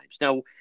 Now